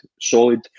solid